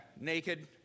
naked